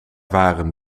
waren